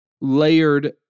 layered